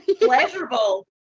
pleasurable